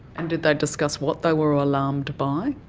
and did they discuss what they were alarmed by?